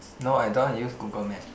no I don't want to use Google Map